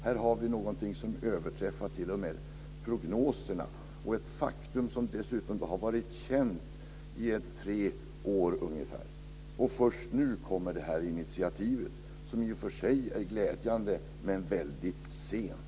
Här har vi någonting som överträffar t.o.m. prognoserna. Det är ett faktum som dessutom har varit känt i tre år ungefär, och först nu kommer det här initiativet som i och för sig är glädjande men som kommer väldigt sent.